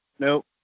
Nope